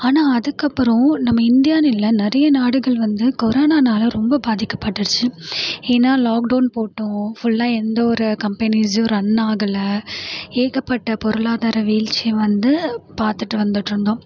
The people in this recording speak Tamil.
ஆனால் அதுக்கப்புறம் நம்ம இண்டியான்னு இல்லை நிறைய நாடுகள் வந்து கொரோனானால் ரொம்ப பாதிக்கப்பட்டுடிச்சு ஏன்னா லாக்டவுன் போட்டோம் ஃபுல்லா எந்த ஒரு கம்பெனிஸும் ரன் ஆகலை ஏகப்பட்ட பொருளாதார வீழ்ச்சியை வந்து பார்த்துட்டு வந்துகிட்டுருந்தோம்